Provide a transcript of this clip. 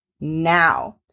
now